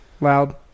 Loud